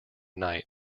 night